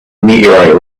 meteorite